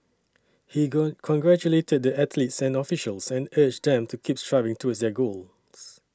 he going congratulated the athletes and officials and urged them to keep striving towards their goals